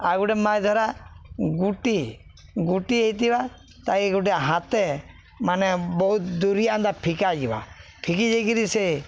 ଆଉ ଗୋଟେ ମାଛ୍ ଧରା ଗୁଟି ଗୁଟି ହେଇଥିବା ତାକେ ଗୋଟେ ହାତେ ମାନେ ବହୁତ ଦୂରିଆନ୍ତା ଫିକା ହେଇଯିବା ଫିକି ଯାଇକିରି ସେ